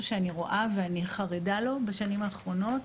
שאני רואה ואני חרדה לו בשנים האחרונות,